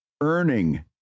earning